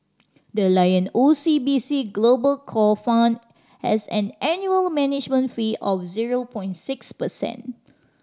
the Lion O C B C Global Core Fund has an annual management fee of zero point six percent